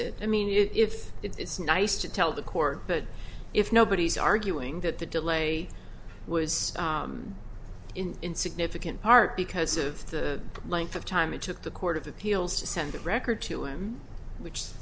it i mean if it's nice to tell the court but if nobody's arguing that the delay was in significant part because of the length of time it took the court of appeals to send that record to him which